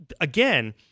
again